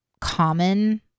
common